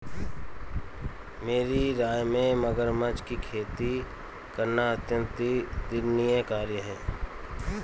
मेरी राय में मगरमच्छ की खेती करना अत्यंत निंदनीय कार्य है